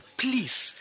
please